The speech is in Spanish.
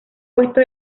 puesto